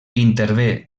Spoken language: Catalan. intervé